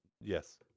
Yes